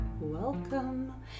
Welcome